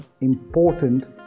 important